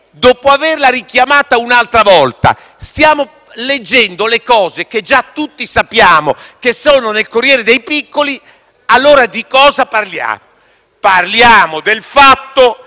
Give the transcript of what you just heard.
dopo averla richiamata un'altra volta, stiamo dicendo cose che già tutti sappiamo e che sono nel «Corriere dei Piccoli». Allora, di cosa parliamo? Parliamo di un fatto